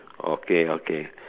okay okay